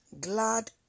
glad